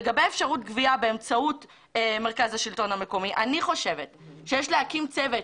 לגבי אפשרות גבייה באמצעות מרכז השלטון המקומי: אני חושבת שיש להקים צוות